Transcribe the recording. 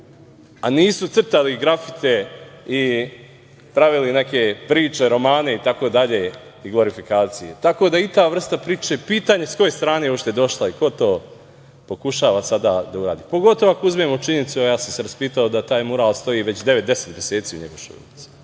a nisu crtali grafite i pravili neke priče, romane i tako dalje i glorifikacije. Tako da i ta vrsta priče, pitanje sa koje strane uopšte došla i ko to pokušava sada da uradi, pogotovo ako uzmemo činjenicu, a ja sam se raspitao da taj mural stoji već devet, deset meseci u Njegoševoj ulici.